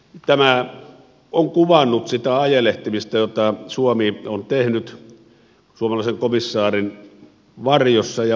tämä on kuvannut sitä ajelehtimista jota suomi on tehnyt suomalaisen komissaarin varjossa ja vanassa